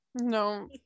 no